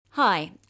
hi